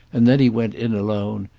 and then he went in alone,